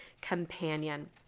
companion